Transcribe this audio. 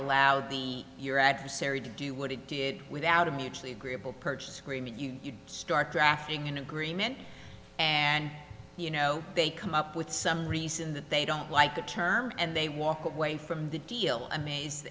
allow the your adversary to do what it did without a mutually agreeable purchase agreement you start drafting an agreement and you know they come up with some reason that they don't like the term and they walk away from the deal a